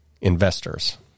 investors